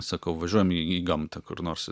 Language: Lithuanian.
sakau važiuojam į gamtą kur nors